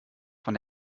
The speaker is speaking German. von